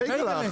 בייגלך,